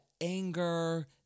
anger